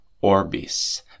Orbis